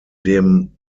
dem